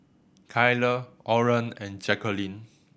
Kyler Oren and Jacquline